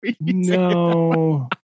No